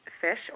fish